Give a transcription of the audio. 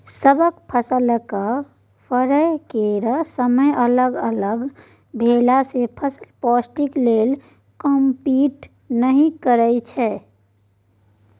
सब फसलक फरय केर समय अलग अलग भेलासँ फसल पौष्टिक लेल कंपीट नहि करय छै